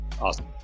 Awesome